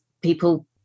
people